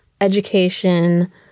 education